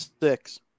six